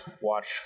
watch